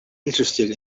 interested